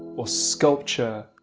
or sculpture,